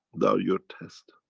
now your test.